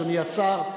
אדוני השר,